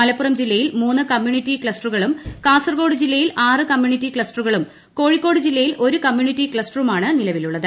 മലപ്പുറം ജില്ലയിൽ മൂന്ന് കമ്മ്യൂണിറ്റി ക്ലസ്റ്ററുകളും കാസർഗോഡ് ജില്ലയിൽ ആറ്റ് ക്യ്യൂണിറ്റി ക്ലസ്റ്ററുകളും കോഴിക്കോട് ജില്ലയിൽ ഒരു കമ്മ്യൂണിറ്റി ക്ലസ്റ്റ്മാണ് നിലവിൽ ഉള്ളത്